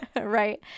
right